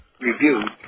reviewed